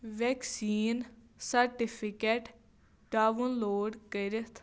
vaccine certificate download کٔرِتھ